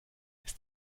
ist